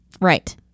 Right